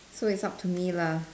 so it's up to me lah